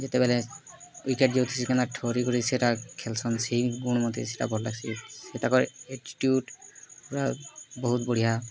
ଯେତେବେଲେ ୱେକେଟ୍ ଯାଉଥିସି କେନ୍ତା ଠରି କରି ସେଟା ଖେଲ୍ସନ୍ ସେଇ ଗୁଣ୍ ମତେ ସେଟା ଭଲ୍ ଲାଗ୍ସି ସେ ତାକର୍ ଆଟିଟୁଡ଼୍ ପୁରା ବହୁତ୍ ବଢ଼ିଆ